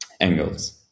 angles